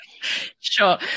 sure